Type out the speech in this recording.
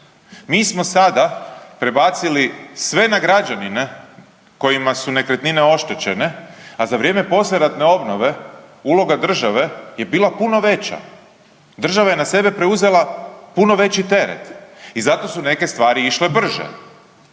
Mi smo sada prebacili sve na građanine kojima su nekretnine oštećene, a za vrijeme poslijeratne obnove uloga države je bila puno veća. Država je na sebe preuzela puno veći teret i zato su neke stvari išle brže.